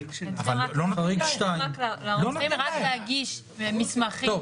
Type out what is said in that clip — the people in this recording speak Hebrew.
הם לא צריכים לבקש אפילו.